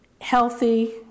healthy